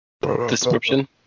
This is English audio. Description